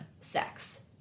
sex